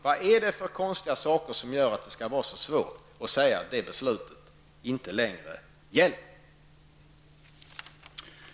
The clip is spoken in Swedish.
Vad är det för konstiga saker som gör att det skall vara så svårt att säga att beslutet inte längre gäller?